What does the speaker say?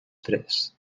tres